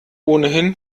ohnehin